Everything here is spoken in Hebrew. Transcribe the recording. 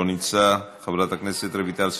לא נמצא, חברת הכנסת רויטל סויד,